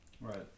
right